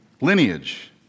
lineage